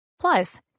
Plus